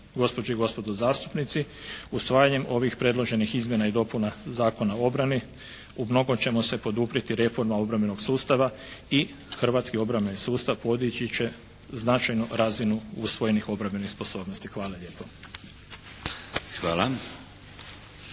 gospođe i gospodo zastupnici usvajanjem ovih predloženih izmjena i dopuna Zakona o obrani u mnogom ćemo se poduprijeti reformama obrambenog sustava i hrvatski obrambeni sustav podići će značajnu razinu usvojenih obrambenih sposobnosti. Hvala lijepo.